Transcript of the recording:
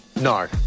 No